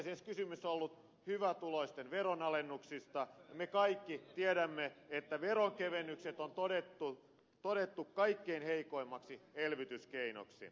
tosiasiassa kysymys on ollut hyvätuloisten veronalennuksista ja me kaikki tiedämme että veronkevennykset on todettu kaikkein heikoimmaksi elvytyskeinoksi